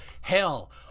hell